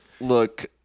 look